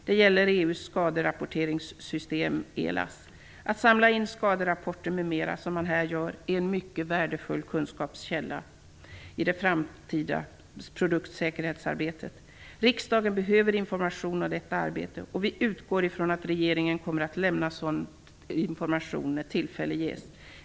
Det gäller EU:s skaderapporteringssystem EHLASS. Insamlade skaderapporter m.m. är en värdefull kunskapskälla i det framtida produktsäkerhetsarbetet. Riksdagen behöver information från detta arbete, och vi utgår ifrån att regeringen kommer att lämna sådan information när tillfälle ges.